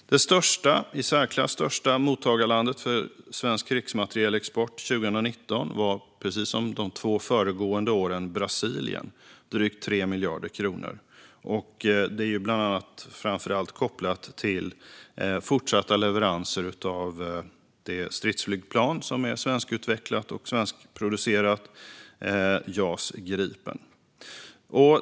Det i särklass största mottagarlandet för svensk krigsmaterielexport 2019 var, precis som de två föregående åren, Brasilien med drygt 3 miljarder kronor. Det är framför allt kopplat till fortsatta leveranser av det stridsflygplan som är svenskutvecklat och svenskproducerat - JAS Gripen.